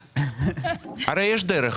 הרי יש דרך